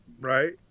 Right